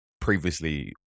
previously